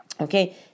Okay